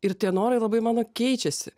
ir tie norai labai mano keičiasi